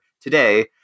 today